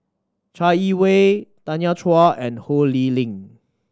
Chai Yee Wei Tanya Chua and Ho Lee Ling